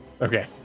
okay